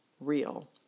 real